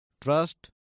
trust